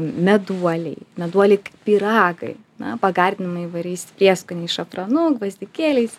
meduoliai meduoliai kaip pyragai na pagardinami įvairiais prieskoniais šafranu gvazdikėliais